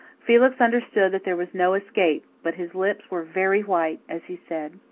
felix understood that there was no escape but his lips were very white as he said,